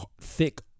thick